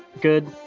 good